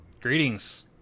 Greetings